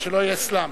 כדי שלא יהיה סלאמס.